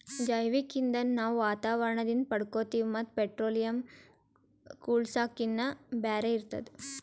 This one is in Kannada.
ಜೈವಿಕ್ ಇಂಧನ್ ನಾವ್ ವಾತಾವರಣದಿಂದ್ ಪಡ್ಕೋತೀವಿ ಮತ್ತ್ ಪೆಟ್ರೋಲಿಯಂ, ಕೂಳ್ಸಾಕಿನ್ನಾ ಬ್ಯಾರೆ ಇರ್ತದ